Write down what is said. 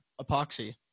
epoxy